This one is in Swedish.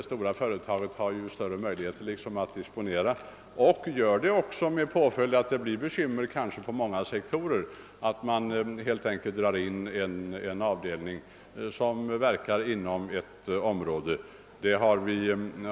De stora företagen har givetvis bättre möjligheter att göra omdispositioner — och gör det också, med påföljd att det kanske blir ändå mer bekymmersamt på många sektorer när en avdelning där, som verkar inom ett visst område, helt enkelt dras in.